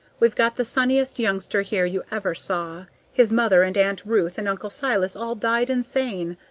we've got the sunniest youngster here you ever saw his mother and aunt ruth and uncle silas all died insane,